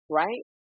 right